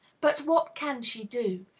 but what can she do?